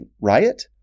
riot